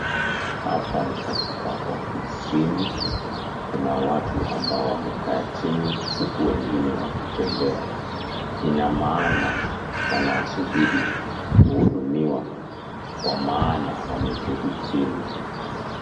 Hapa ni katika ofisini. Kuna watu ambao wamekaa chini huku wengine wakitembea. Inamaana wanasubiri kuhudumiwa kwa maana wameketi chini.